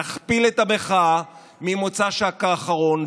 נכפיל את המחאה ממוצ"ש האחרון,